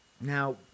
now